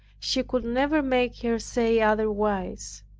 she could never make her say otherwise.